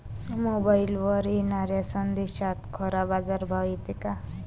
मोबाईलवर येनाऱ्या संदेशात खरा बाजारभाव येते का?